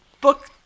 book